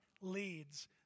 leads